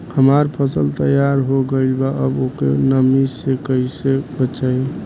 हमार फसल तैयार हो गएल बा अब ओके नमी से कइसे बचाई?